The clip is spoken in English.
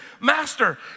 master